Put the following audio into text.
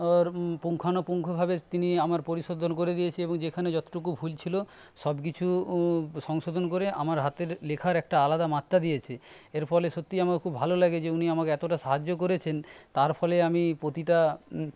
পুঙ্খানুপুঙ্খভাবে তিনি আমার পরিশোধন করে দিয়েছে এবং যেখানে যতটুকু ভুল ছিল সব কিছু সংশোধন করে আমার হাতের লেখায় একটা আলাদা মাত্রা দিয়েছে এর ফলে সত্যি আমার খুব ভালো লাগে যে উনি আমাকে এতটা সাহায্য করেছেন তার ফলে আমি প্রতিটা